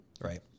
Right